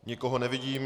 Nikoho nevidím.